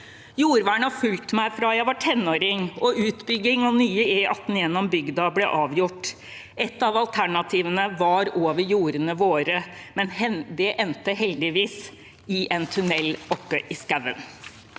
Jordvern har fulgt meg fra jeg var tenåring og utbygging av nye E18 gjennom bygda ble avgjort. Et av alternativene gikk over jordene våre, men det endte heldigvis i en tunnel oppe i skauen.